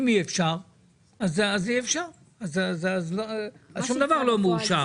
אם אי אפשר אז אי אפשר, אז שום דבר לא מאושר.